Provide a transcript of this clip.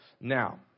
Now